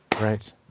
Right